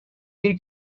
bir